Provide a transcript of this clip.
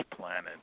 planet